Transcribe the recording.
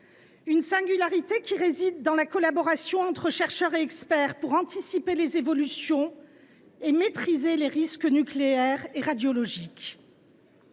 Sa singularité réside dans la collaboration entre chercheurs et experts, pour anticiper les évolutions et maîtriser les risques nucléaires et radiologiques.